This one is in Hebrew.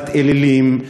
לעבודת אלילים,